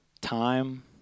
time